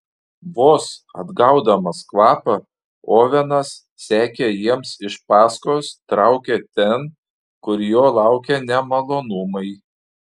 vos atgaudamas kvapą ovenas sekė jiems iš paskos traukė ten kur jo laukė nemalonumai